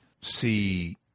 see